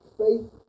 faith